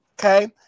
okay